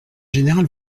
général